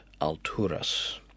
Alturas